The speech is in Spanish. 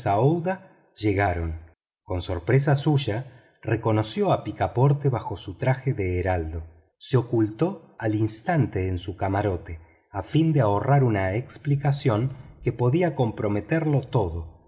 aouida llegaron con sorpresa suya reconoció a picaporte bajo su traje de heraldo se ocultó al instante en su camarote a fin de ahorrar una explicacion que podía comprometerlo todo